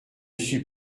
suis